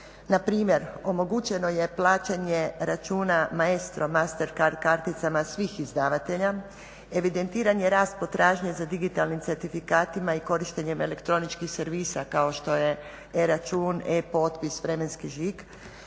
Npr. omogućeno je plaćanje računa Maestro, Mastercard karticama svih izdavatelja, evidentiran je rast potražnje za digitalnim certifikatima i korištenjem elektroničkih servisa kao što je e-račun, e-potpis, vremenski žig.